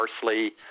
parsley